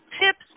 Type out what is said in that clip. tips